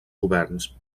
governs